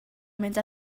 mynd